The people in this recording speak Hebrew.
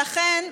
לכן,